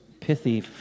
pithy